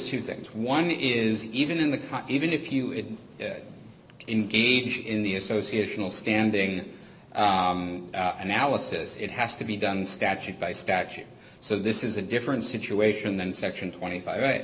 two things one is even in the cut even if you would engage in the association of standing analysis it has to be done statute by statute so this is a different situation than section twenty five right